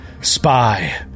Spy